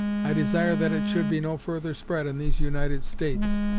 i desire that it should be no further spread in these united states,